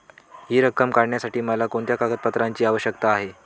हि रक्कम काढण्यासाठी मला कोणत्या कागदपत्रांची आवश्यकता आहे?